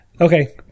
Okay